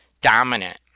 dominant